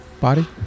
Body